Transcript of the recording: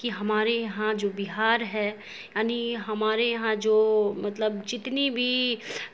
کہ ہمارے یہاں جو بہار ہے یعنی ہمارے یہاں جو مطلب جتنی بھی